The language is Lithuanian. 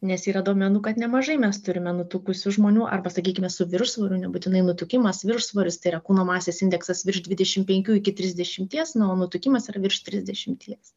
nes yra duomenų kad nemažai mes turime nutukusių žmonių arba sakykime su viršsvoriu nebūtinai nutukimas viršsvoris tai yra kūno masės indeksas virš dvidešim penkių iki trisdešimties na o nutukimas yra virš trisdešimties